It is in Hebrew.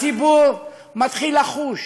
הציבור מתחיל לחוש